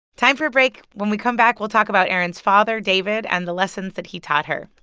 time for a break. when we come back, we'll talk about erin's father, david, and the lessons that he taught her.